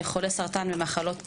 לחולי סרטן במחלות כליה.